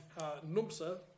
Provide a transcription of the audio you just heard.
NUMSA